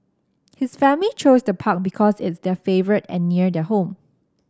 his family chose the park because it's their favourite and near their home